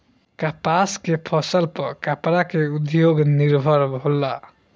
कपास के फसल पर कपड़ा के उद्योग निर्भर होला